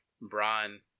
Brian